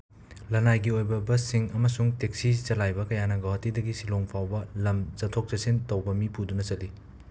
ꯂꯅꯥꯏꯒꯤ ꯑꯣꯏꯕ ꯕꯁꯁꯤꯡ ꯑꯃꯁꯨꯡ ꯇꯦꯛꯁꯤ ꯆꯂꯥꯏꯕ ꯀꯌꯥꯅ ꯒꯣꯍꯥꯇꯤꯗꯒꯤ ꯁꯤꯂꯣꯡ ꯐꯥꯎꯕ ꯂꯝ ꯆꯊꯣꯛ ꯆꯠꯁꯤꯟ ꯇꯧꯕ ꯃꯤ ꯄꯨꯗꯨꯅ ꯆꯠꯂꯤ